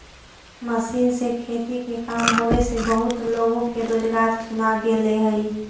machine से खेती के काम होवे से बहुते लोग के रोजगार छिना गेले हई